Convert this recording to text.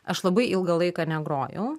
aš labai ilgą laiką negrojau